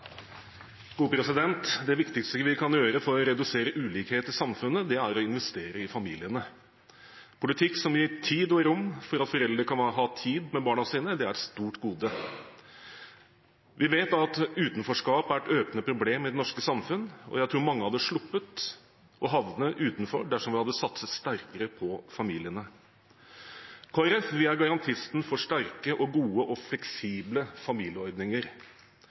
gode. Vi vet at utenforskap er et økende problem i det norske samfunn, og jeg tror mange hadde sluppet å havne utenfor dersom vi hadde satset sterkere på familiene. Kristelig Folkeparti er garantisten for sterke, gode og fleksible familieordninger,